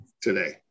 today